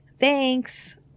Thanks